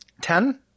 Ten